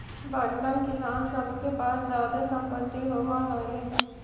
बड़कन किसान सब के पास जादे सम्पत्ति होवऽ हई